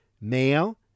male